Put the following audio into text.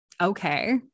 okay